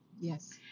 Yes